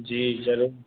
जी ज़रूर